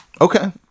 Okay